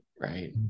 right